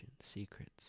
secrets